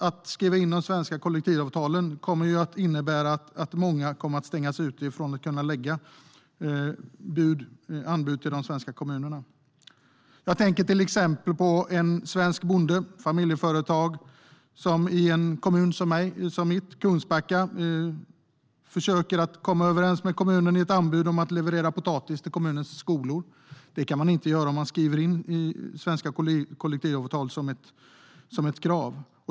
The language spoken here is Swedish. Ett krav på att de svenska kollektivavtalen ska skrivas in i lagen kommer att innebära att många stängs ute från att kunna lägga anbud till svenska kommuner. Jag tänker till exempel på en svensk bonde, ett familjeföretag, som i en kommun som min, Kungsbacka, försöker komma överens med kommunen i ett anbud om att leverera potatis till kommunens skolor. Det kan man inte göra om vi skriver in svenska kollektivavtal som ett krav.